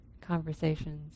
conversations